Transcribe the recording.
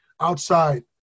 outside